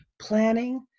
planning